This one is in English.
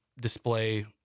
display